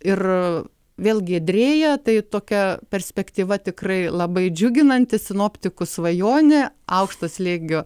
ir vėl giedrėja tai tokia perspektyva tikrai labai džiuginanti sinoptikų svajonė aukšto slėgio